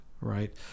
right